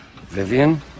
Vivian